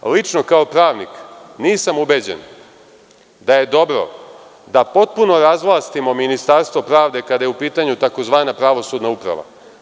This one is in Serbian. Lično, kao pravnik, nisam ubeđen da je dobro da potpuno razvlastimo Ministarstvo pravde kada je u pitanju tzv. pravosudna uprava.